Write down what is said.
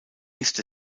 ist